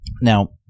Now